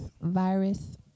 virus